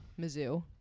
Mizzou